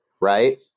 right